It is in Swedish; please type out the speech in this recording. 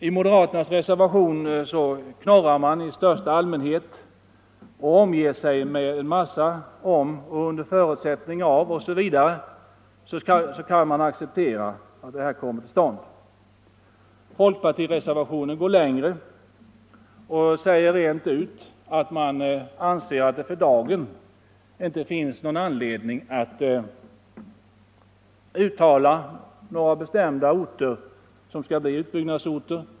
I den moderata reservationen knorrar man i största allmänhet. Med en massa ”om” och ” under förutsättning av” kan man acceptera att detta kommer till stånd. Folkpartireservationen går längre och säger rent ut att det för dagen inte finns någon anledning att uttala att några bestämda orter skall bli utbyggnadsorter.